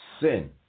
sin